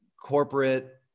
corporate